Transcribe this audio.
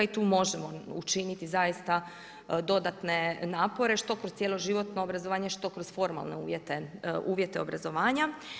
I tu možemo učiniti zaista dodatne napore što kroz cjeloživotno obrazovanje, što kroz formalne uvjete obrazovanja.